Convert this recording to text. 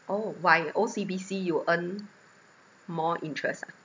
oh why O_C_B_C you earn more interest ah